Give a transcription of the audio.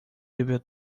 bebeu